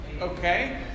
Okay